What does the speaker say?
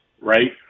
right